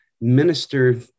minister